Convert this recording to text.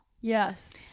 Yes